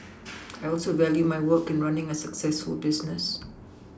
I also value my work and running a successful business